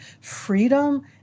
freedom